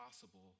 possible